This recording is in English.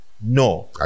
No